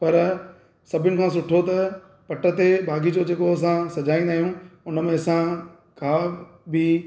पर सभिनि खां सुठो त पट ते बाग़ीचो जेको असां सजाईंदा आहियूं उनमें असां का बि